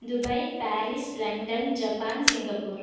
Dubai Paris London Japan Singapore